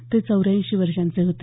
ते चौऱ्याऐंशी वर्षांचे होते